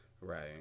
right